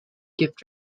gift